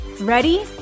Ready